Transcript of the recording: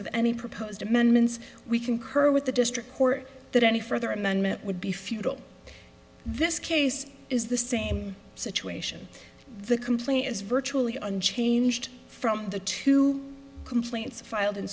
of any proposed amendments we concur with the district court that any further amendment would be futile this case is the same situation the complaint is virtually unchanged from the two complaints filed